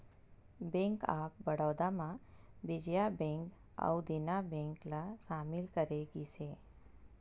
bank of Baroda म Vijaya bank अउ Dena bank ल सामिल करे गिस हे